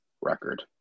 record